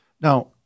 now